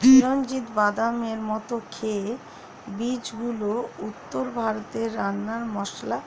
চিরঞ্জিত বাদামের মত খেতে বীজগুলি উত্তর ভারতে রান্নার মসলা